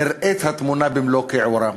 נראית התמונה במלוא כיעורה.